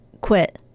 Quit